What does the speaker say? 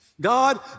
God